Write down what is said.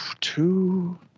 two